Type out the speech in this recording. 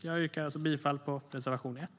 Jag yrkar alltså bifall till reservation 1.